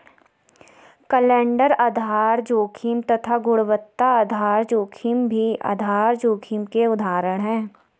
calendar आधार जोखिम तथा गुणवत्ता आधार जोखिम भी आधार जोखिम के उदाहरण है